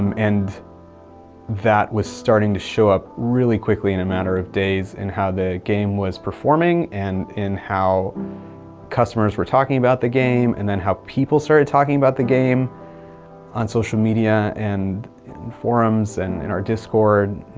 um and that was starting to show up really quickly, in a matter of days, in how the game was performing and in how customers were talking about the game, and then how people started talking about the game on social media, and forums, and our discord.